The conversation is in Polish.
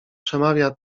przemawia